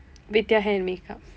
vidya hair and makeup